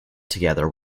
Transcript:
together